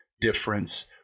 difference